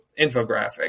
infographic